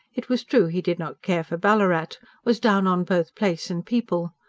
it was true he did not care for ballarat was down on both place and people.